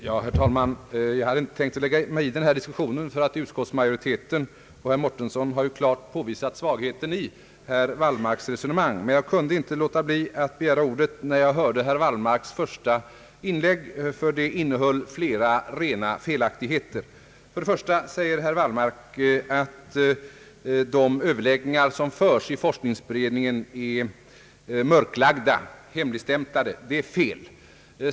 Herr talman! Jag hade inte tänkt lägga mig i den här diskussionen, eftersom både utskottsmajoriteten och herr Mårtensson på ett klargörande sätt har påvisat svagheten i herr Wallmarks resonemang. Jag kunde emellertid inte underlåta att begära ordet när jag hörde herr Wallmarks första inlägg, ty det innehöll flera rena felaktigheter. För det första säger herr Wallmark, att de överläggningar som förs i forskningsberedningen är mörklagda, hemligstämplade. Det är fel.